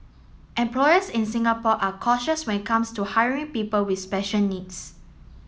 employers in Singapore are cautious when it comes to hiring people with special needs